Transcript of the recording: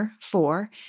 four